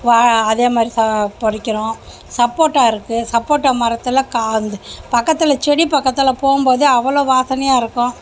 அதேமாதிரி சா பறிக்கிறோம் சப்போட்டா இருக்கு சப்போட்டா மரத்தில் கா பக்கத்தில் செடி பக்கத்தில் போம்போதே அவ்வளோ வாசனையாக இருக்கும்